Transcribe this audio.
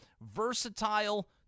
versatile